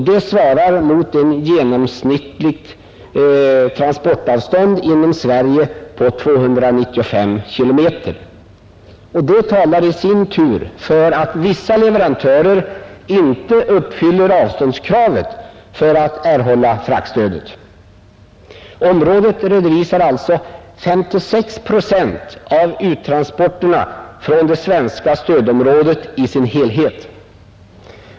Det svarar mot ett genomsnittligt transportavstånd inom Sverige på 295 km, vilket i sin tur talar för att vissa leverantörer inte uppfyller avståndskravet för erhållande av fraktstöd. Området redovisar alltså 56 procent av uttransporterna från det svenska stödområdet i sin helhet.